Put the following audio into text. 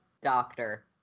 doctor